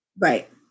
Right